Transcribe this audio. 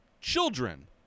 children